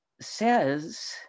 says